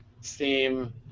Steam